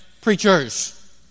preachers